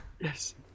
yes